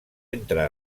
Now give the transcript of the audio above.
entre